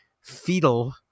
fetal